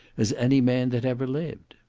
as any man that ever lived.